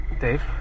Dave